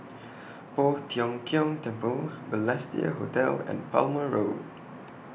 Poh Tiong Kiong Temple Balestier Hotel and Palmer Road